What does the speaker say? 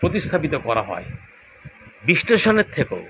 প্রতিস্থাপিত করা হয় বিশ্লেষণের থেকেও